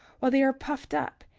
while they are puffed up,